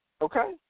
Okay